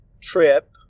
trip